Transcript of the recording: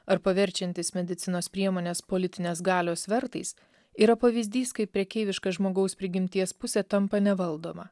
ar paverčiantys medicinos priemones politinės galios svertais yra pavyzdys kaip prekeiviška žmogaus prigimties pusė tampa nevaldoma